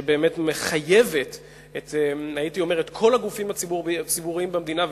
שמחייבת את כל הגופים הציבוריים במדינה,